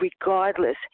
Regardless